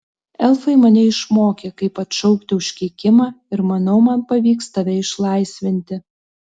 elfai mane išmokė kaip atšaukti užkeikimą ir manau man pavyks tave išlaisvinti